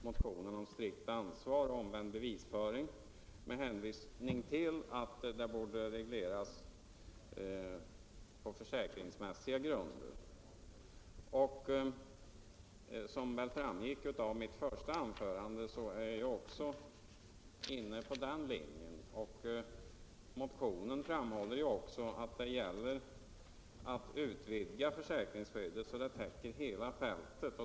Herr talman! Bara en kort kommentar. Herr Olsson i Sundsvall hänvisar till att utskottet avstyrker motionen om strikt skadeståndsansvar och omvänd bevisföring med hänvisning till att frågan borde regleras på försäkringsmässiga grunder. Som väl framgick av mitt första anförande är jag också inne på den linjen. Motionen framhåller ju även att det gäller att utvidga försäkringsskyddet så att det täcker hela fältet.